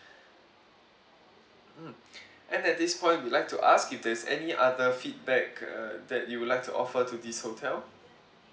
mm and at this point we'd like to ask if there's any other feedback uh that you would like to offer to this hotel